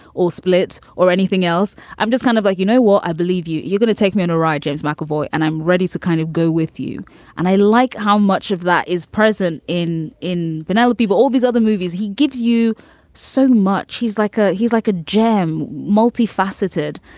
or splits or anything else. i'm just kind of like, you know what? i believe you're going to take me on a ride, james mcavoy, and i'm ready to kind of go with you and i like how much of that is present in in penelope people, but all these other movies. he gives you so much. he's like ah he's like a gem, multi-faceted.